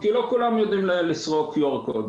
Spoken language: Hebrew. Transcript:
כי לא כולם יודעים לסרוק קוד כזה.